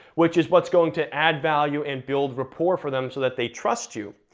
which is what's going to add value and build rapport for them so that they trust you.